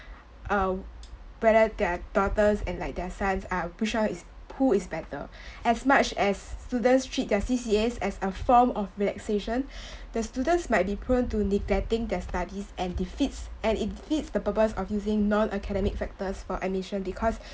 uh whether their daughters and like their sons are which one is who is better as much as students treat their C_C_As a form of relaxation the students might be prone to neglecting their studies and defeats and it defeats the purpose of using non academic factors for admission because